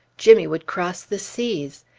jimmy would cross the seas.